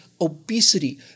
obesity